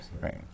right